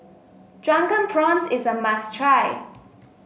Drunken Prawns is a must try